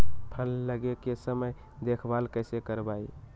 फल लगे के समय देखभाल कैसे करवाई?